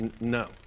no